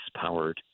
powered